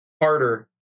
harder